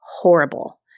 horrible